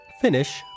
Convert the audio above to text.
finish